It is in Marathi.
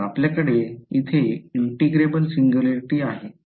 तर आपल्याकडे येथे इंटिग्रेबल सिंग्युलॅरिटी आहे